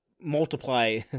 multiply